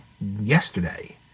yesterday